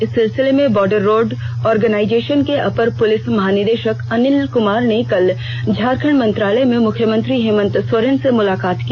इस सिलसिले में बॉर्डर रोड ऑर्गनाइजेशन के अपर पुलिस महानिदेशक अनिल कुमार ने कल झारखंड मंत्रालय में मुख्यमंत्री हेमंत सोरेन से मुलाकात की